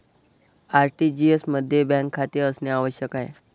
RTGS मध्ये bank खाते असणे आवश्यक आहे